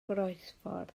groesffordd